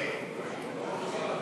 אי-אמון